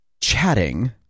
chatting